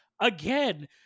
again